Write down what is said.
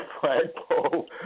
flagpole